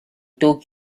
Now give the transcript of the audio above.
took